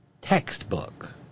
textbook